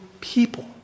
people